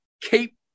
keep